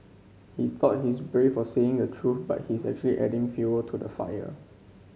he thought he's brave for saying the truth but he's actually adding fuel to the fire